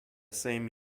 same